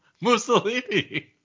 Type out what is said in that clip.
Mussolini